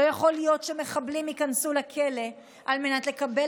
לא יכול להיות שמחבלים ייכנסו לכלא על מנת לקבל